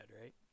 right